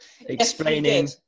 explaining